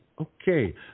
Okay